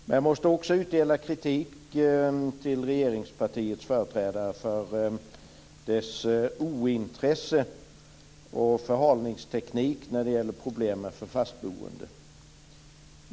Men jag måste också utdela kritik till regeringspartiets företrädare vad beträffar partiets ointresse och förhalningsteknik när det gäller problemen för fastboende.